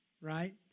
right